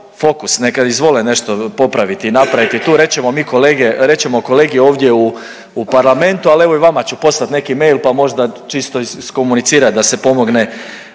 Fokus, neka izvole nešto popraviti, napraviti tu, reći ćemo mi kolege, reć ćemo kolegi ovdje u parlamentu, ali evo i vama ću poslati neki mail pa možda čisto iskomunicirat da se pomogne